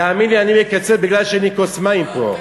תאמין לי, אני מקצר בגלל שאין כוס מים פה.